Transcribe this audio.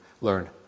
learn